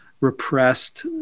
repressed